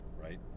right